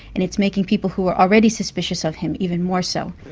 and it's making people who are already suspicious of him even more so.